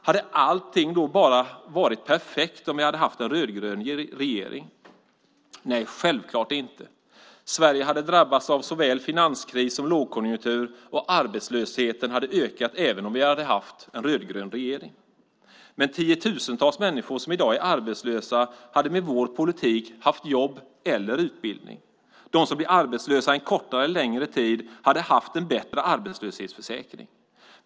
Hade allting varit perfekt om vi hade haft en rödgrön regering? Nej, självklart inte. Sverige hade drabbats av såväl finanskris som lågkonjunktur, och arbetslösheten hade ökat även om vi hade haft en rödgrön regering. Men tiotusentals människor som i dag är arbetslösa hade med vår politik haft jobb eller utbildning. De som blir arbetslösa en kortare eller längre tid hade haft en bättre arbetslöshetsförsäkring.